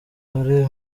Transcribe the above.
ari